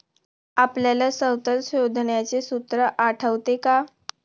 आपल्याला सवलत शोधण्याचे सूत्र आठवते का?